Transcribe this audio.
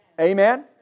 Amen